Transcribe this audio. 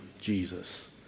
Jesus